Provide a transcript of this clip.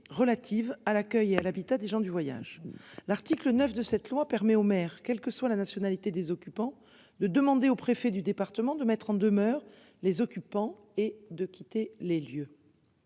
relative à l'accueil et à l'habitat des gens du voyage. L'article 9 de cette loi permet aux maires, quelle que soit la nationalité des occupants de demander au préfet du département, de mettre en demeure les occupants et de quitter les lieux.